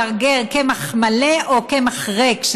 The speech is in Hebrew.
גרגר קמח מלא או קמח ריק,